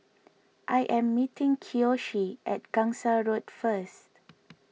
I am meeting Kiyoshi at Gangsa Road first